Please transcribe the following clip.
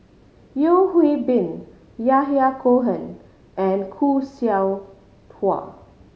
Yeo Hwee Bin Yahya Cohen and Khoo Seow Hwa